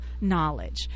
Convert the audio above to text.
knowledge